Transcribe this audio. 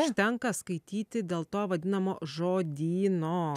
užtenka skaityti dėl to vadinamo žodyno